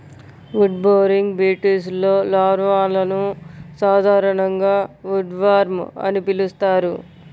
wood boring బీటిల్స్లో లార్వాలను సాధారణంగా ఉడ్వార్మ్ అని పిలుస్తారు